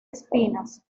espinas